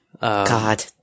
God